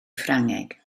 ffrangeg